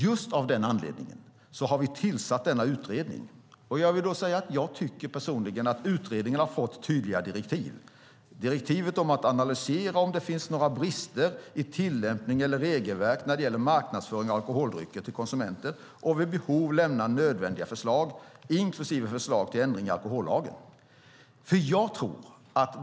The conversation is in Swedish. Just av den anledningen har vi tillsatt denna utredning. Jag tycker personligen att utredningen har fått tydliga direktiv att analysera om det finns några brister i tillämpning eller regelverk när det gäller marknadsföring av alkoholdrycker till konsumenter och vid behov lämna nödvändiga förslag inklusive förslag till ändringar av alkohollagen.